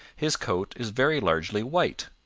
his coat is very largely white.